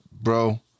bro